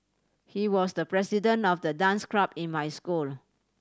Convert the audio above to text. he was the president of the dance club in my school